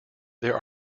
there